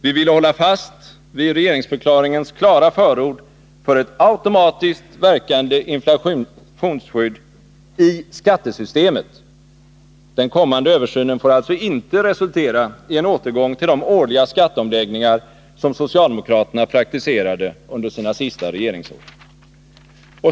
Vi ville hålla fast vid regeringsförklaringens klara förord för ett automatiskt verkande inflationsskydd i skattesystemet — den kommande översynen fick alltså inte resultera i en återgång till de årliga skatteomläggningar som socialdemokraterna praktiserade under sina sista regeringsår.